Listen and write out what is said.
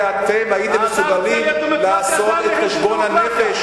הלוואי שאתם הייתם מסוגלים לעשות את חשבון הנפש,